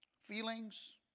Feelings